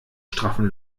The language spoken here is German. straffen